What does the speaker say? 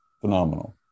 Phenomenal